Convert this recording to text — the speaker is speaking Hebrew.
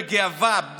בגאווה,